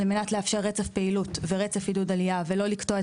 מנת לאפשר רצף פעילות ורצף עידוד עלייה ולא לקטוע את